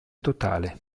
totale